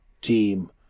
team